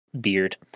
beard